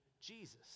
Jesus